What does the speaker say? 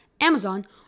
Amazon